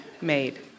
made